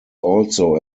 also